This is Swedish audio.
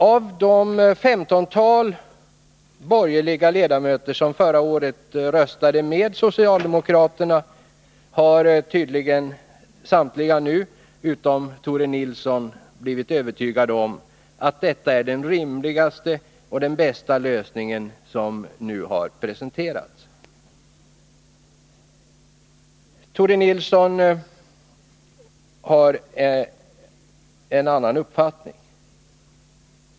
Av det 15-tal borgerliga ledamöter som förra året röstade med socialdemokraterna har tydligen samtliga utom Tore Nilsson blivit övertygade om att det är den rimligaste och bästa lösningen som nu har presenterats. Tore Nilsson har alltså en annan uppfattning än de övriga borgerliga ledamöterna.